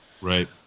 Right